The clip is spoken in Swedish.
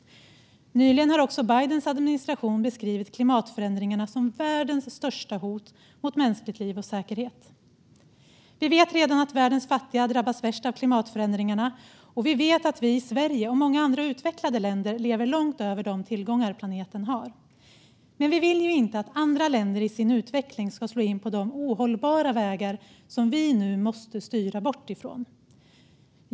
Nyligen har också Bidens administration beskrivit klimatförändringarna som världens största hot mot mänskligt liv och säkerhet. Vi vet redan att världens fattiga drabbas hårdast av klimatförändringarna, och vi vet att vi i Sverige och många andra utvecklade länder lever långt över de tillgångar planeten har. Men vi vill ju inte att andra länder i sin utveckling ska slå in på de ohållbara vägar som vi nu måste styra bort från.